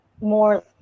more